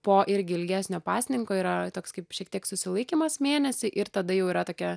po irgi ilgesnio pasninko yra toks kaip šiek tiek susilaikymas mėnesį ir tada jau yra tokia